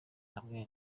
hamwe